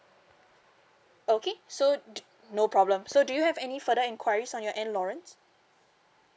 okay so do no problem so do you have any further enquiries on your end lawrence